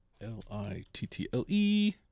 L-I-T-T-L-E